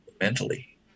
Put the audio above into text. mentally